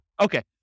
Okay